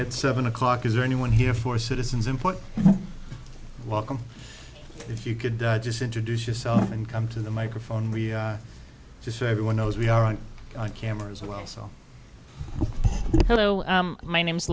at seven o'clock is there anyone here for citizens important welcome if you could just introduce yourself and come to the microphone really just so everyone knows we are on camera as well so hello my name